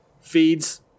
feeds